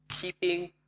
keeping